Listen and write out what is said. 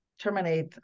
terminate